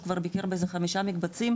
הוא כבר ביקר באיזה חמישה מקבצים,